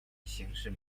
刑事